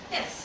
Yes